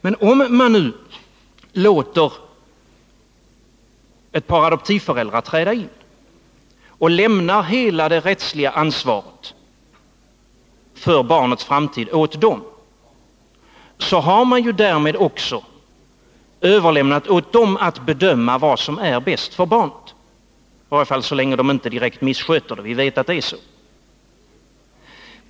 Men om man låter ett par adoptivföräldrar träda in och lämnar hela det rättsliga ansvaret för barnets framtid åt dem, så har man ju därmed också överlämnat åt dem att bedöma vad som är bäst för barnet — i varje fall så länge de inte direkt missköter det. Vi vet att det är så.